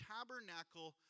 Tabernacle